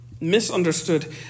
misunderstood